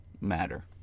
matter